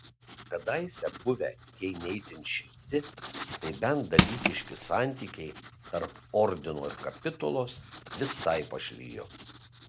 kadaise buvę jei ne itin šilti tai bent dalykiški santykiai tarp ordino ir kapitulos visai pašlijo